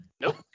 Nope